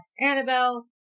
Annabelle